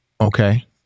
Okay